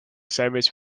sandwich